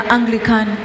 Anglican